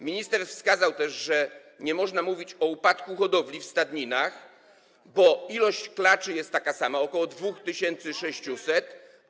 Minister wskazał też, że nie można mówić o upadku hodowli w stadninach, bo ilość klaczy jest taka sama - ok. 2600.